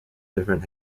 different